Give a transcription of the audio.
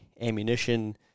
ammunition